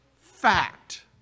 fact